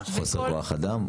חוסר כוח אדם?